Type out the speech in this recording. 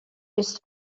ist